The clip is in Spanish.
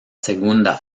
segunda